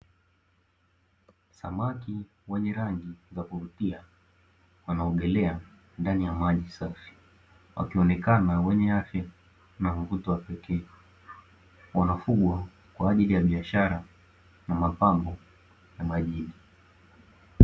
Samaki wenye rangi za kuvutia wanaogelea ndani ya maji safi wakionekana wenye afya na mvuto wa pekee, wanafugwa kwa ajili ya biashara na mapambo na majini.